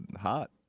hot